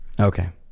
okay